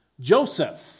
Joseph